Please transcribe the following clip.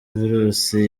virusi